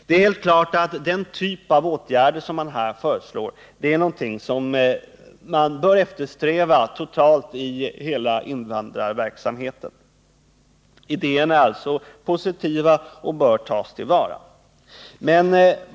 Det är helt klart att den typ av åtgärder som här föreslås är någonting man bör eftersträva totalt i hela invandrarverksamheten. Idéerna är alltså positiva och bör tas till vara.